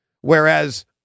whereas